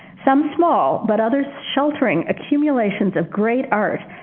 some small but others sheltering accumulations of great art,